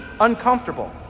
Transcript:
uncomfortable